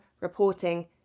reporting